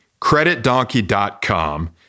creditdonkey.com